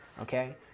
okay